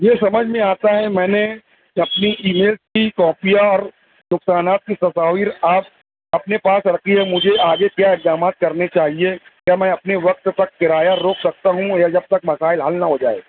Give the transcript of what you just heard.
یہ سمجھ میں آتا ہے میں نے اپنی ای میل کی کاپیاں اور نقصانات کی تصاویر آپ اپنے پاس رکھیے مجھے آگے کیا اقدامات کرنے چاہئیں کیا میں اپنے وقت تک کرایہ روک سکتا ہوں یا جب تک مسائل حل نہ ہو جائے